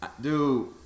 dude